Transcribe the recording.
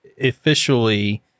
officially